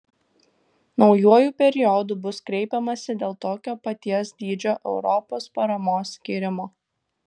naujuoju periodu bus kreipiamasi dėl tokio paties dydžio europos paramos skyrimo